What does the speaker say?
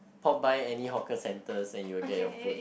pop by any hawker centre and you will get your food